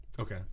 Okay